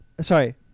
Sorry